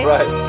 Right